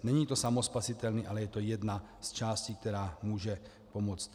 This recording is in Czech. Není to samospasitelné, ale je to jedna z částí, která může pomoci.